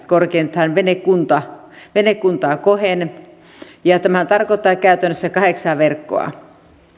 korkeintaan kaksisataaneljäkymmentä metriä venekuntaa kohden ja tämä tarkoittaa käytännössä kahdeksaa verkkoa